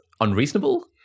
unreasonable